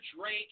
Drake